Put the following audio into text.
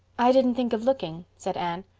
i didn't think of looking, said anne,